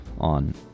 on